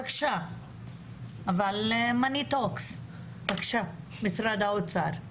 בקשה, משרד האוצר.